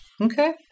Okay